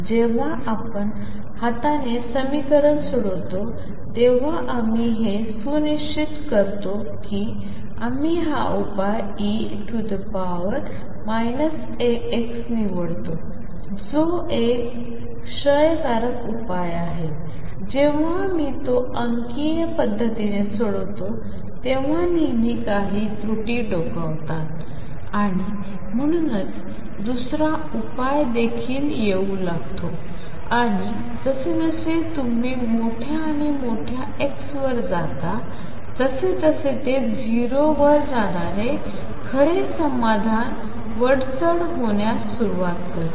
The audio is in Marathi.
जेव्हा आपण हाताने समीकरण सोडवतो तेव्हा आम्ही हे सुनिश्चित करतो की आम्ही हा उपाय e αx निवडतो जो कि एक क्षयकारक उपाय आहे जेव्हा मी तो अंकीय पद्धतीने सोडवतो तेव्हा नेहमी काही त्रुटी डोकावतात आणि म्हणूनच दुसरा उपाय देखील येऊ लागतो आणि जसजसे तुम्ही मोठ्या आणि मोठ्या x वर जाता तसतसे ते 0 वर जाणारे खरे समाधान वरचढ होण्यास सुरुवात करते